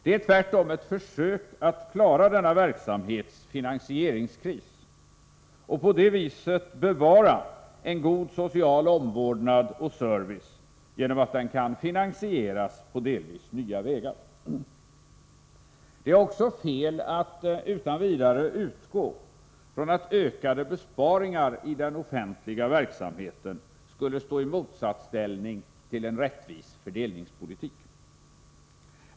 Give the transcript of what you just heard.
Det är tvärtom ett försök att klara denna verksamhets finansieringskris och bevara en god social omvårdnad och service genom att verksamheten finansieras på delvis nya vägar. Det är också fel att utan vidare utgå från att ökade besparingar i den offentliga verksamheten skulle stå i motsatsställning till en rättvis fördelningspolitik.